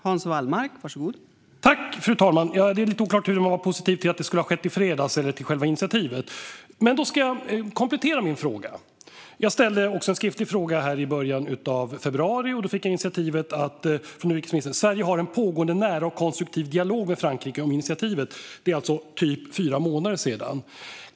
Fru talman! Det är lite oklart huruvida man var positiv till att det skulle ha skett i fredags eller till själva initiativet. Men då ska jag komplettera min fråga. Jag ställde också en skriftlig fråga i början av februari och fick då svaret från utrikesministern att Sverige har en pågående, nära och konstruktiv dialog med Frankrike om initiativet. Det är alltså typ fyra månader sedan.